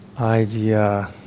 idea